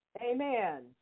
Amen